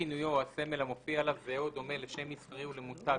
כינויו או הסמל המופיע עליו זהה או דומה לשם מסחרי או למותג